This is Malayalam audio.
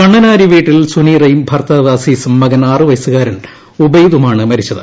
കണ്ണനാരി വീട്ടിൽ സുനീറയും ഭർത്താവ് അസീസും മകൻ ആറുവയസുകാരൻ ഉബൈദുമാണ് മരിച്ചത്